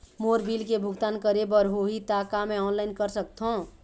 मोर bill के भुगतान करे बर होही ता का मैं ऑनलाइन कर सकथों?